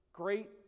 Great